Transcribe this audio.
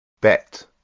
Bet